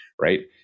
right